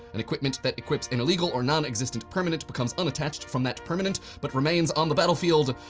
an equipment that equips an illegal or nonexistent permanent becomes unattached from that permanent, but remains on the battlefield.